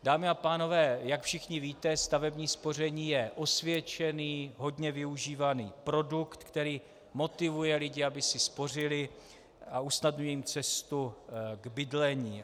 Dámy a pánové, jak všichni víte, stavební spoření je osvědčený, hodně využívaný produkt, který motivuje lidi, aby si spořili, a usnadňuje jim cestu k bydlení.